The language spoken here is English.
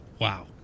wow